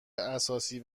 اساسی